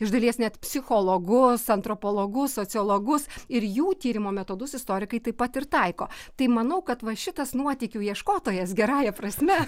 iš dalies net psichologus antropologus sociologus ir jų tyrimo metodus istorikai taip pat ir taiko tai manau kad va šitas nuotykių ieškotojas gerąja prasme